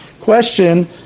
question